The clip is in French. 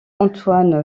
antoine